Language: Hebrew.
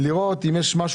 לראות אם יש משהו?